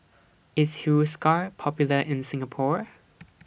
IS Hiruscar Popular in Singapore